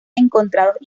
encontrados